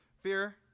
Fear